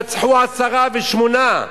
שרצחו עשרה ושמונה,